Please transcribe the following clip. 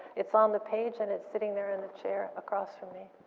it's on the page and it's sitting there in the chair across from me.